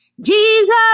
Jesus